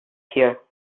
here